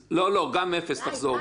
גם אפס תחזור.